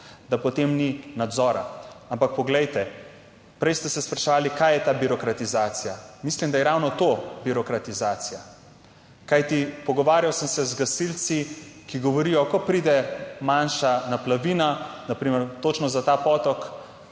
da potem ni nadzora. Ampak poglejte, prej ste se spraševali, kaj je ta birokratizacija. Mislim, da je ravno to birokratizacija. Kajti, pogovarjal sem se z gasilci, ki govorijo, ko pride manjša naplavina na primer točno za ta potok,